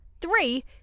Three